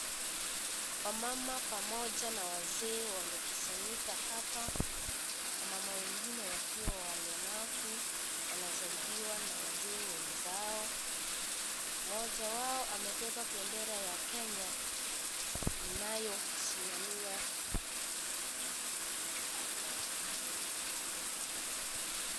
Wamama pamoja na wazee wamekusanyika hapa wamama wengine wakiwa ni walemavu. Wanasaidiwa na wazee wenzao. Mmoja wao amebeba bendera ya Kenya inayosimamia...